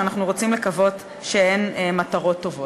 שאנחנו רוצים לקוות שהן מטרות טובות.